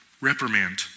reprimand